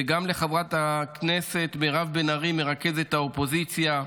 וגם לחברת הכנסת מירב בן ארי, מרכזת האופוזיציה.